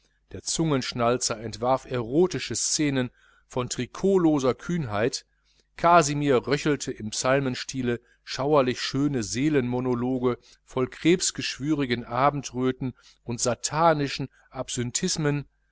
der zungenschnalzer entwarf erotische szenen von trikotloser kühnheit kasimir röchelte im psalmenstile schauerlich schöne seelenmonologe voll krebsgeschwürigen abendröten und satanischen